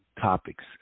topics